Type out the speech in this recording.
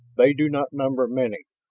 they do not number many.